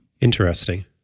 Interesting